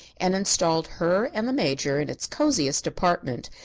and installed her and the major in its cosiest apartment,